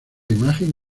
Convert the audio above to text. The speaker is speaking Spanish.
imagen